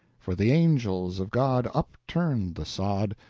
for the angels of god upturned the sod,